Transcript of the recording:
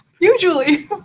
Usually